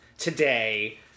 today